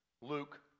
Luke